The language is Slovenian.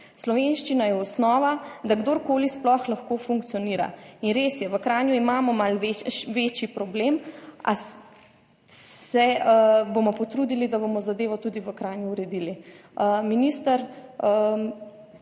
Slovenščina je osnova, da kdorkoli sploh lahko funkcionira. In res je, v Kranju imamo malo večji problem, a bomo potrudili zadevo tudi v Kranju uredili. Minister